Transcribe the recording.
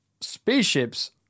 spaceships